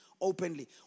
openly